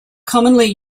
commonly